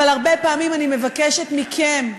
אבל הרבה פעמים אני מבקשת מכם,